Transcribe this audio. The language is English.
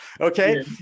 okay